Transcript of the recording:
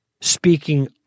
speaking